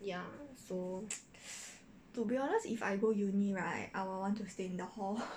to be honest if I go uni right I will want to stay in the hall